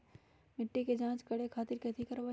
मिट्टी के जाँच करे खातिर कैथी करवाई?